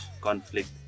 conflict